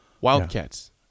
Wildcats